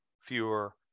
fewer